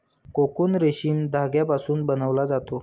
cocoon रेशीम धाग्यापासून बनवला जातो